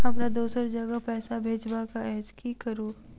हमरा दोसर जगह पैसा भेजबाक अछि की करू?